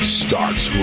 starts